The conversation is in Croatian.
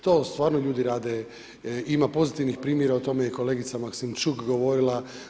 To stvarno ljudi rade, ima pozitivnih primjera, o tome je i kolegica Maksimčuk govorila.